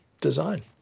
design